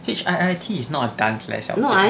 HIIT is not a dance leh 小妹